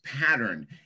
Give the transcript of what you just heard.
pattern